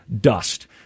dust